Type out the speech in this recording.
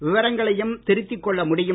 விவரங்களையும் திருத்திக் கொள்ள முடியும்